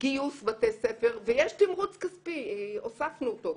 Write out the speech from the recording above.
גיוס בתי ספר ויש תמרוץ כספי, הוספנו אותו,